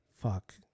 fuck